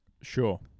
Sure